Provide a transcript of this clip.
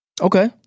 Okay